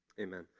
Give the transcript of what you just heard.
Amen